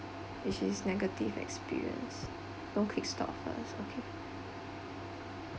which is negative experience don't click stop first okay